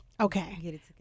okay